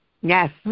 Yes